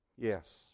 Yes